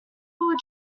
all